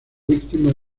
víctimas